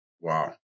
Wow